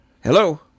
Hello